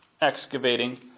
excavating